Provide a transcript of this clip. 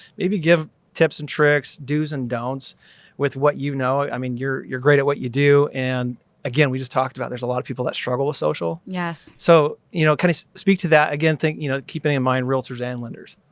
maybe give tips and tricks, do's and don'ts with what you know, i mean you're, you're great at what you do. and again, we just talked about there's a lot of people that struggle with social. so you know, can you speak to that again? think, you know, keeping in mind realtors and lenders.